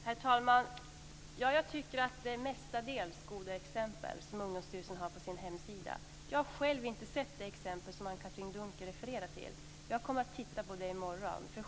Herr talman! Jag tycker att det mestadels är goda exempel som Ungdomsstyrelsen har på sin hemsida. Jag har själv inte sett de exempel som Anne-Katrine Dunker refererar till. Jag kommer att titta på dem i morgon.